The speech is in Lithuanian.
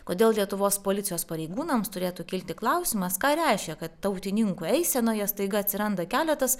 kodėl lietuvos policijos pareigūnams turėtų kilti klausimas ką reiškia kad tautininkų eisenoje staiga atsiranda keletas